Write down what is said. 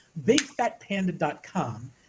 BigFatPanda.com